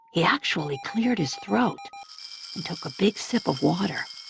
he actually cleared his throat and took a big sip of water.